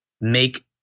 make